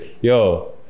yo